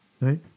Right